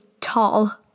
tall